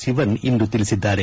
ಸಿವನ್ ಇಂದು ತಿಳಿಸಿದ್ದಾರೆ